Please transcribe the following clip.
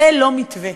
זה לא מתווה,